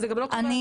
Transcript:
אז לא.